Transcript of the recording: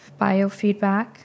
biofeedback